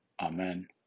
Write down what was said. Amen